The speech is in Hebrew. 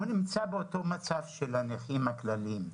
הוא נמצא באותו מצב של הנכים הכלליים.